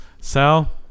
Sal